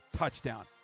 touchdown